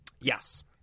Yes